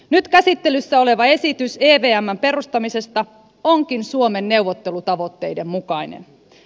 nyt käsittelyssä oleva esitys evmn perustamisesta onkin suomen neuvottelutavoitteiden mukainen